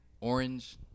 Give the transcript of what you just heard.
Orange